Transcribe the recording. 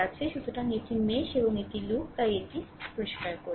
সুতরাং এটি মেশ এবং এটি লুপ তাই এটি পরিষ্কার করুন